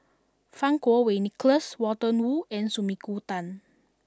Fang Kuo Wei Nicholas Walter Woon and Sumiko Tan